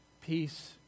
peace